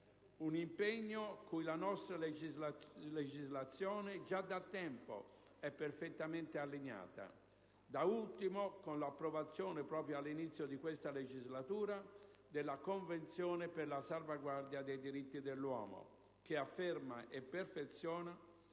Un impegno cui la nostra legislazione già da tempo è perfettamente allineata, da ultimo con l'approvazione, proprio all'inizio di questa legislatura, della Convenzione per la salvaguardia dei diritti dell'uomo, che afferma e perfeziona